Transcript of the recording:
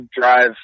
drive